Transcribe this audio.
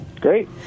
Great